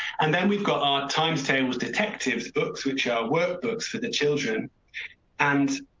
and then we've got our times, tables, detectives, books which are workbooks for the children and.